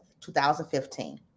2015